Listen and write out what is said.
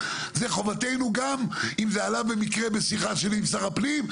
זה חובתנו גם אם זה עלה במקרה בשיחה שלי עם שר הפנים,